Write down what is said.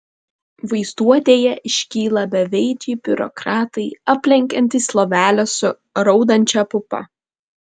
vaizduotėje iškyla beveidžiai biurokratai aplenkiantys lovelę su raudančia pupa